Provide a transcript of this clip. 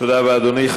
תודה רבה, אדוני.